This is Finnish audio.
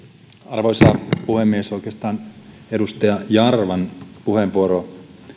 arvoisa puhemies oikeastaan edustaja jarvan puheenvuoro